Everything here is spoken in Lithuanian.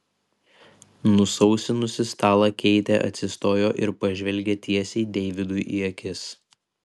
nusausinusi stalą keitė atsistojo ir pažvelgė tiesiai deividui į akis